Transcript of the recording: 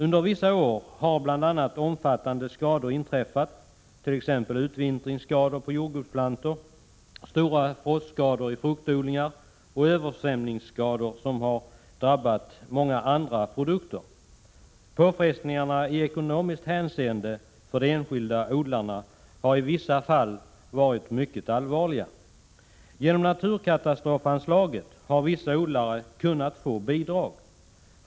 Under vissa år har bl.a. omfattande skador inträffat, t.ex. utvintringsskador på jordgubbsplantor, stora frostskador i fruktodlingar och översvämningsskador som har drabbat många andra produkter. Påfrestningarna i ekonomiskt hänseende för de enskilda odlarna har i vissa fall varit mycket allvarliga. Genom naturkatastrofanslaget har vissa odlare kunnat få bidrag.